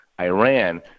Iran